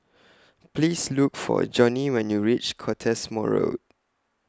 Please Look For Jonnie when YOU REACH Cottesmore Road